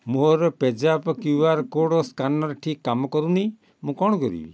ମୋର PayZapp Q R code scanner ଠିକ୍ କାମ କରୁନି ମୁଁ କ'ଣ କରିବି